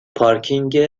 پارکینگ